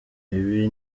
ibi